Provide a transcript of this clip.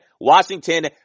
Washington